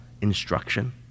instruction